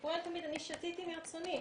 הסיפור הוא תמיד שהן שתתו מרצונן,